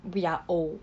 we are old